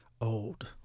old